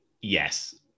Yes